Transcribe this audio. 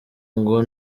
ngo